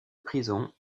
prison